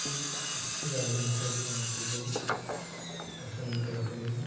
एक अच्छी राजनीतिक पार्टी को पसंद करते हैं